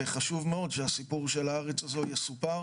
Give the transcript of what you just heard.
וחשוב מאוד שהסיפור של הארץ הזו יסופר